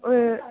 ആ